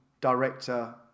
director